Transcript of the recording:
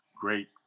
great